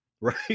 right